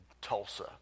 Tulsa